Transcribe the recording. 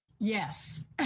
Yes